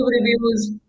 reviews